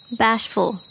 bashful